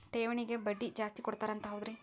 ಠೇವಣಿಗ ಬಡ್ಡಿ ಜಾಸ್ತಿ ಕೊಡ್ತಾರಂತ ಹೌದ್ರಿ?